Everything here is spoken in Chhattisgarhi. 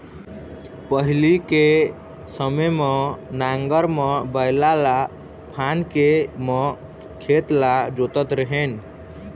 पहिली के समे म नांगर म बइला ल फांद के म खेत ल जोतत रेहेन